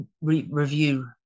review